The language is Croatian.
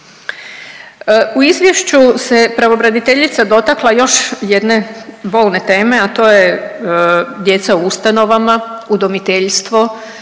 U izvješću se pravobraniteljica dotakla još jedne bolne teme, a to je djeca u ustanovama, udomiteljstvo,